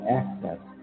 access